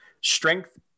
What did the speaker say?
strength